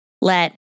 let